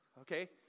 okay